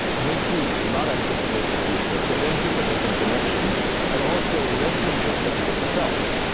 makes you not anticipate the future, prevents you from making connections and also lessens your sense of self.